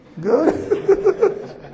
Good